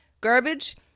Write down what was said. garbage